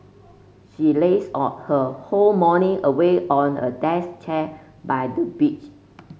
she lazed out her whole morning away on a desk chair by the beach